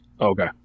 Okay